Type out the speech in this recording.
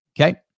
Okay